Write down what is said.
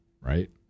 right